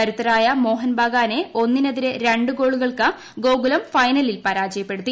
കരുത്തരായ മോഹൻ ബഗാനെ ഒന്നിനെതിരെ ര് ഗോളുകൾക്ക് ഗോകുലം ഫൈനലിൽ പരാജയപ്പെടുത്തി